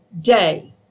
day